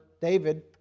David